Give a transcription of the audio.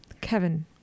Kevin